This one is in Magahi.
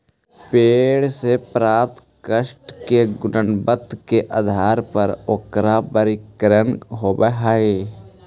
पेड़ से प्राप्त काष्ठ के गुणवत्ता के आधार पर ओकरा वर्गीकरण होवऽ हई